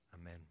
Amen